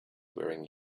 wearing